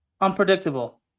Unpredictable